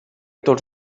tots